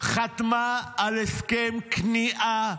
חתמה על הסכם כניעה